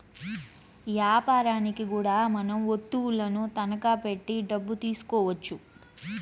యాపారనికి కూడా మనం వత్తువులను తనఖా పెట్టి డబ్బు తీసుకోవచ్చు